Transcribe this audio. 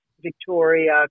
Victoria